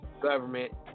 government